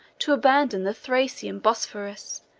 to abandon the thracian bosphorus,